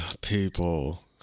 People